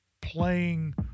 playing